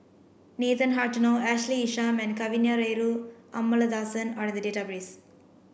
Nathan Hartono Ashley Isham and Kavignareru Amallathasan are in the database